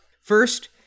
First